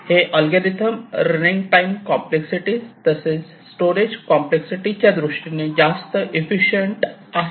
हे algorithm running time complexity तसेच storage complexity दृष्टीने जास्त इफिसिएंट आहे